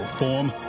form